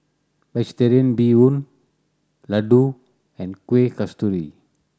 Vegetarian Bee Hoon laddu and Kuih Kasturi